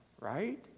right